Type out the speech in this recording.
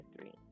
three